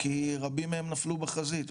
כי הרבה מהם נפלו בחזית,